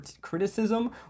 criticism